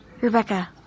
Rebecca